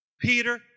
Peter